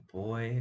boy